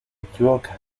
equivoca